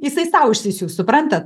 jisai sau išsisiųs suprantat